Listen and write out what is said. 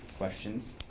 questions?